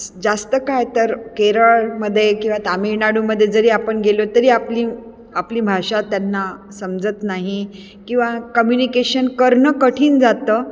जास्त काय तर केरळमध्ये किंवा तामिळनाडूमध्ये जरी आपण गेलो तरी आपली आपली भाषा त्यांना समजत नाही किंवा कम्युनिकेशन करणं कठीण जातं